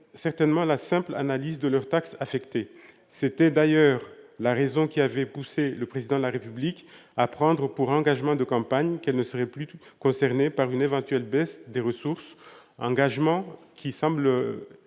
certainement, la simple analyse de leurs taxes affectées. C'était d'ailleurs la raison qui avait poussé le Président de la République à prendre pour engagement de campagne qu'elles ne seraient plus concernées par une éventuelle baisse des ressources. Cet engagement semble